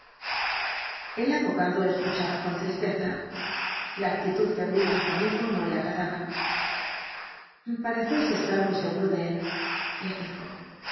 el abogado escuchaba con tristeza la actitud febril de su amigo no le agradaba incidente de la carta parecéis estar muy seguro de él le dijo